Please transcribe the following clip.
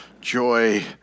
joy